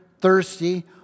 thirsty